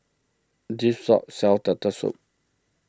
this shop sells Turtle Soup